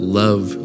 love